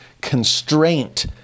constraint